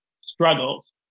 struggles